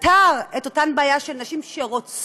פתר את אותה בעיה של נשים שרוצות